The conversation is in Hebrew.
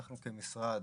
אנחנו כמשרד